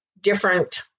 different